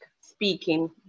speaking